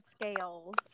scales